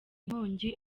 inkongi